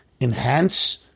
enhance